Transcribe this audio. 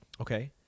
Okay